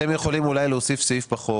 אתם יכולים אולי להוסיף סעיף בחוק